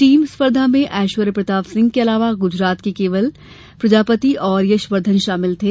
team स्पर्धा में एश्वर्य प्रताप सिंह के अलावा गुजरात के केवल प्रजापति तथा यशवर्धन शामिल थे